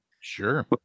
Sure